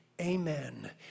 Amen